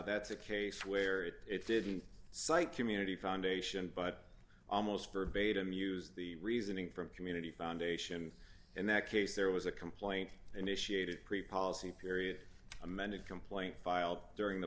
that's a case where it didn't cite community foundation but almost verbatim use the reasoning from community foundation in that case there was a complaint initiated pre processing period amended complaint filed during the